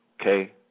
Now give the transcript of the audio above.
okay